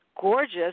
gorgeous